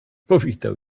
powitał